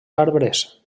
arbres